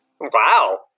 Wow